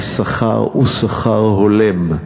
והשכר הוא שכר הולם.